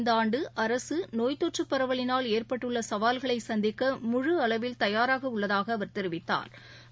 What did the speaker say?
இந்த ஆண்டு அரசு நோய் தொற்று பரவலினால் ஏற்பட்டுள்ள சவால்களை சந்திக்க முழு அளவில் தயாராக உள்ளதாக அவர் தெரிவித்தாா்